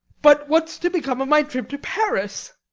but what's to become of my trip to paris?